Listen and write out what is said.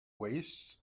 waists